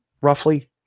roughly